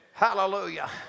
hallelujah